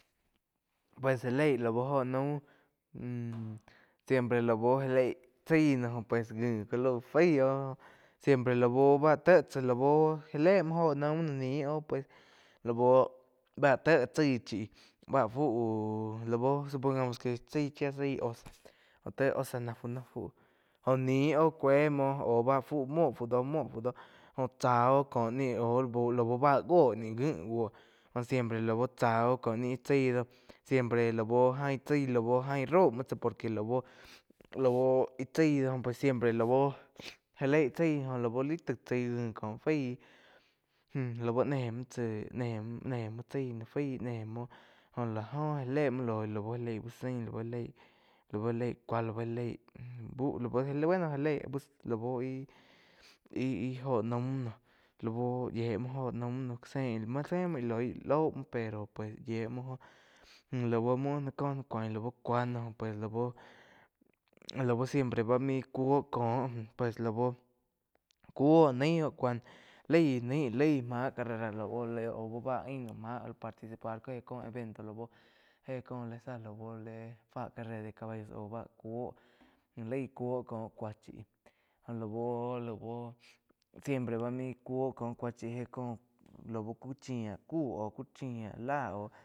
Pues já leih lau óho naum siempre láu já leig chaí no jo pues nji có fái oh siempre lau bá téh chá lau já le muo jóh naum noh nih óh pues lá uh bá téh chái chi bá fuu lau supongamos que chái chía zaí osa jo té osa náh fu loh fu jóh níh kúe muo bá fu muo fu dó muo jó tsá oh kó ni au la bá ngo ni ngi búo jó siempre laú chá oh kó ni íh chai do siempre lau ain chái lau raum muo tsá por que lau. Lau ih tsai do pues láu já léi tsái láu li taig tsái ngi koh fái lau ne muo tsá nei-nei tsái fai né muo jóh la jo já le muo loi lau lai íh zain lau ja leí cúa lau já léi bú bueno já lei lau ih-ih óho naum noh lau yíe moh óhh nuam noh. Sein zéh múo íh loi laug mou pero yíe muo jóh óh lá múo náh kó náh kuain cúa no pues la uh, la uh siempre main úh có pues la buh cúo náih óh cúa laí naíh lai máh carrera lau báh aiun máh participar ´h có evento lau éh có li zá lau fa carrera de caballo áu bá kúo laig cúo ko cúa chi jó la buo-la buo siempre cúo kó cúa chi héh lau ku chía ku aú ku chía láh óh.